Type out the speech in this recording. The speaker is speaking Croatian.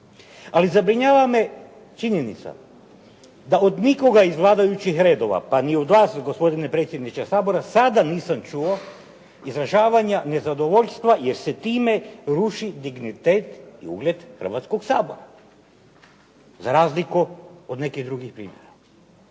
Ali zabrinjava me činjenica da od nikoga iz vladajućih redova, pa ni od vas gospodine predsjedniče Sabora sada nisam čuo izražavanja nezadovoljstva jer se time ruši dignitet i ugled Hrvatskog sabora za razliku od nekih drugih primjera.